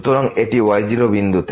সুতরাং এটি y0বিন্দুতে